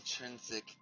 intrinsic